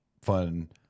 fun